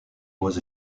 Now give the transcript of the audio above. was